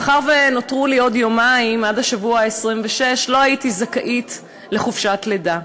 מאחר שנותרו לי עוד יומיים עד השבוע ה-26 לא הייתי זכאית לחופשת לידה.